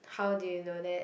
how do you know that